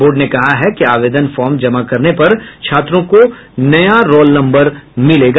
board ने कहा है कि आवेदन फॉर्म जमा करने पर छात्रों को नया रौल नम्बर मिलेगा